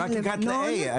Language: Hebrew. רק הגעת ל-A.